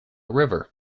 river